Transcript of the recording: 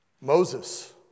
Moses